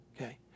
okay